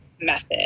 method